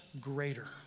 greater